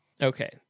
Okay